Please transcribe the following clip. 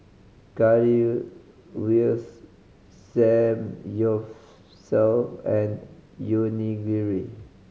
Currywurst Samgyeopsal and Onigiri